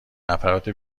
نفرات